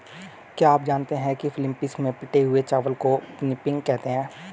क्या आप जानते हैं कि फिलीपींस में पिटे हुए चावल को पिनिपिग कहते हैं